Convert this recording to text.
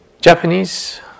Japanese